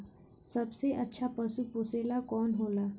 सबसे अच्छा पशु पोसेला कौन होला?